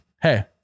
hey